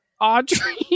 Audrey